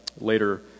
later